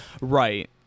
right